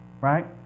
right